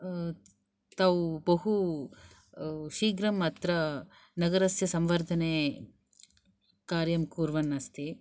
तौ बहु शीघ्रम् अत्र नगरस्य संवर्धने कार्यं कुर्वन् अस्ति